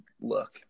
look